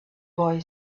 boy